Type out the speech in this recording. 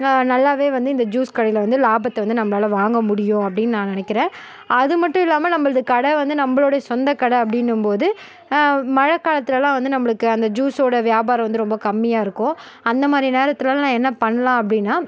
நா நல்லாவே வந்து இந்த ஜூஸ் கடையில் வந்து லாபத்தை வந்து நம்பளால் வாங்க முடியும் அப்படின் நான் நினைக்கிறேன் அது மட்டும் இல்லாம நம்பளுது கடை வந்து நம்பளோடைய சொந்தக் கடை அப்படின்னும்போது மழைக் காலத்துலலாம் வந்து நம்பளுக்கு அந்த ஜூஸ்ஸோட வியாபாரம் வந்து ரொம்ப கம்மியாக இருக்கும் அந்த மாதிரி நேரத்துலலாம் என்ன பண்ணலாம் அப்படின்னா